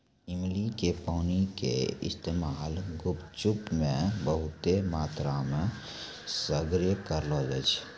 इमली के पानी के इस्तेमाल गुपचुप मे बहुते मात्रामे सगरे करलो जाय छै